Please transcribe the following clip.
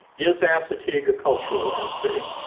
yeah is ah assateague a cultural landscape?